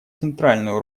центральную